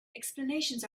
explanations